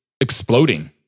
exploding